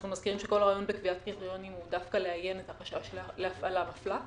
כל העניין בקביעת קריטריונים הוא לאיין את החשש להפעלה מפלה.